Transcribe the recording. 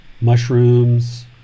mushrooms